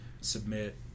submit